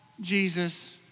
Jesus